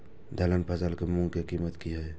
दलहन फसल के मूँग के कीमत की हय?